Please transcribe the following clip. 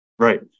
Right